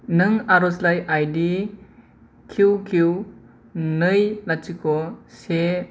नों आर'जलाइ आइडि किउ किउ नै लाथिख' से